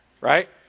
right